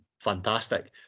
fantastic